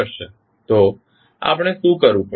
તો આપણે શું કરવુ પડશે